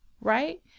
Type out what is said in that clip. right